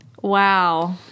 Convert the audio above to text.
Wow